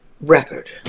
record